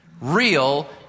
Real